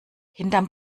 hinterm